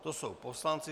To jsou poslanci.